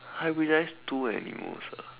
hybridise two animals ah